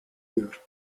بیار